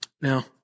Now